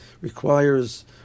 requires